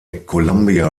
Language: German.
columbia